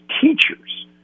teachers